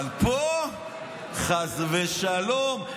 אבל פה, חס ושלום.